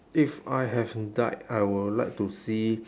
if I have died I will like to see